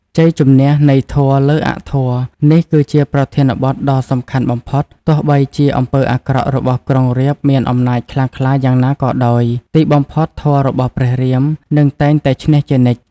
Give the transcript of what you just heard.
ជ័យជំនះនៃធម៌លើអធម៌ នេះគឺជាប្រធានបទដ៏សំខាន់បំផុត ទោះបីជាអំពើអាក្រក់របស់ក្រុងរាពណ៍មានអំណាចខ្លាំងក្លាយ៉ាងណាក៏ដោយ ទីបំផុតធម៌របស់ព្រះរាម នឹងតែងតែឈ្នះជានិច្ច ។